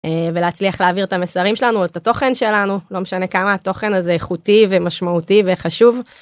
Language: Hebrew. ולהצליח להעביר את המסרים שלנו, את התוכן שלנו, לא משנה כמה התוכן הזה איכותי ומשמעותי וחשוב.